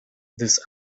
this